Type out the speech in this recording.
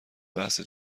بحث